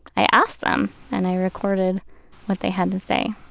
i asked them and i recorded what they had to say.